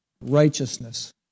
righteousness